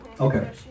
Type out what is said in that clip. Okay